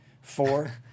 Four